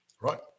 right